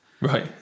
Right